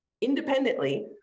independently